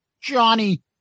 Johnny